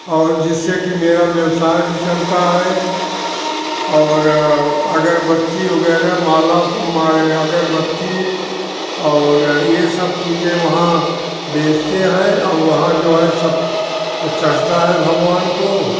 और जिससे की मेरा व्यवसाय भी चलता है और अगरबत्ती वगैरह माला उम मारे अगरबत्ती और ये सब चीजें वहाँ बेजते हैं औ वहाँ जो है सब चढता है भगवान को